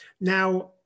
Now